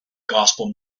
gospel